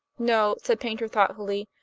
no, said paynter thoughtfully.